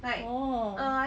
oo